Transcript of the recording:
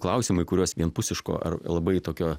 klausimų į kuriuos vienpusiško ar labai tokio